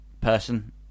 person